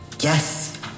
Yes